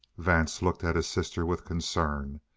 vance looked at his sister with concern.